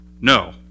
No